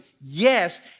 Yes